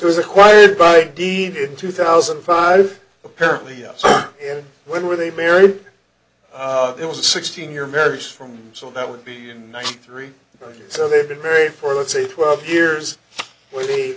it was acquired by deed in two thousand and five apparently yes when were they married it was a sixteen year marriage from so that would be in ninety three so they've been married for let's say twelve years where they